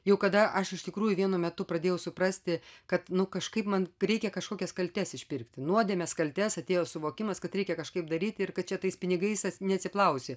jau kada aš iš tikrųjų vienu metu pradėjau suprasti kad nu kažkaip man reikia kažkokias kaltes išpirkti nuodėmes kaltes atėjo suvokimas kad reikia kažkaip daryti ir kad čia tais pinigais neatsiplausi